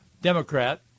Democrat